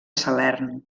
salern